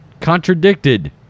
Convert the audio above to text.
contradicted